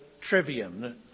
trivium